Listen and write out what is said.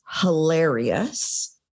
hilarious